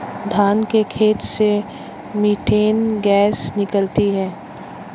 धान के खेत से मीथेन गैस निकलती है